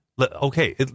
Okay